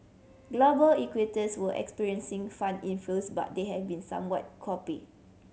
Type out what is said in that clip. global equities were experiencing fund inflows but they have been somewhat copy